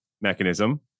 mechanism